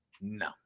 No